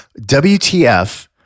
WTF